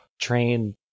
train